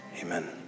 amen